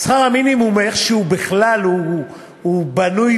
שכר המינימום בכלל בנוי